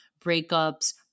breakups